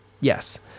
yes